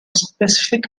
specific